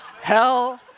Hell